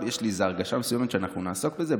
יש לי איזה הרגשה מסוימת שאנחנו נעסוק בזה,